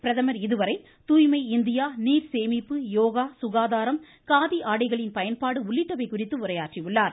பிரதமர் இதுவரை துாய்மை இந்தியா நீர்சேமிப்பு யோகா சுகாதாரம் காதி ஆடைகளின் பயன்பாடு உள்ளிட்டவை குறித்து உரையாற்றி உள்ளார்